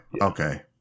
okay